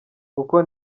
kuko